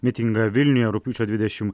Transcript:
mitingą vilniuje rugpjūčio dvidešimt